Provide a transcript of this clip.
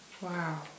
Wow